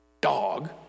dog